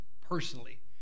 personally